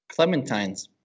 Clementines